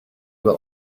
will